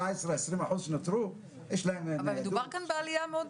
(1 ביולי 2021) ואילך יהיה זכאי אדם כאמור,